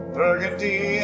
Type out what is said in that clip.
burgundy